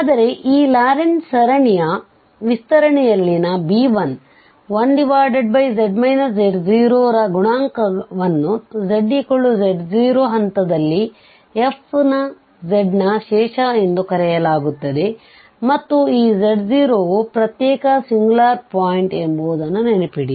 ಆದರೆ ಈ ಲಾರೆಂಟ್ ಸರಣಿಯ ವಿಸ್ತರಣೆಯಲ್ಲಿನ b1 1z z0ರ ಗುಣಾಂಕವನ್ನುzz0 ಹಂತದಲ್ಲಿ f ನ ಶೇಷ ಎಂದು ಕರೆಯಲಾಗುತ್ತದೆ ಮತ್ತು ಈz0ವು ಪ್ರತ್ಯೇಕಸಿಂಗ್ಯುಲಾರ್ ಪಾಯಿಂಟ್ ಎಂಬುದನ್ನು ನೆನಪಿಡಿ